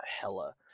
Hella